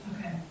Okay